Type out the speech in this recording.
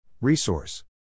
Resource